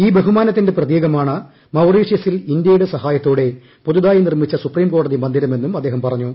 ഈ ബഹുമാനത്തിന്റെ പ്രതീകമാണ് മൌറീഷ്യസിൽ ഇന്ത്യയുടെ സഹായത്തോടെ പുതുതായി നിർമ്മിച്ച സുപ്രീംകോടതി മന്ദിരമെന്നും അദ്ദേഹം പറഞ്ഞു